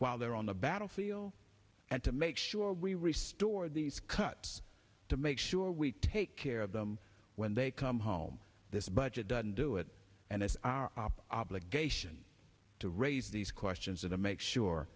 while they're on the battlefield and to make sure we re store these cuts to make sure we take care of them when they come home this budget doesn't do it and it's our obligation to raise these questions in a make sure